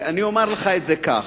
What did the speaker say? אני אומר לך את זה כך: